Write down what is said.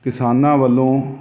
ਕਿਸਾਨਾਂ ਵੱਲੋਂ